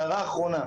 הערה אחרונה,